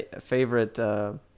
favorite